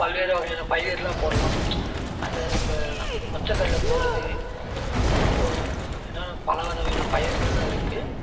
பல்வேறு வகையான பயிர்லாம் போடலாம் அந்த நம்ம மொச்சைக் கடல போடுறது இது என்னன்னா பல வகையான பயிர்கள்லாம் இருக்கு